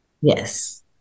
Yes